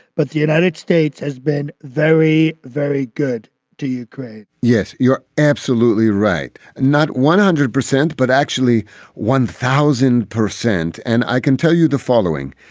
but the united states has been very, very good to ukraine yes, you're absolutely right. not one hundred percent, but actually one thousand percent. and i can tell you the following.